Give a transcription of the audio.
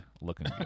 looking